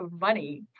money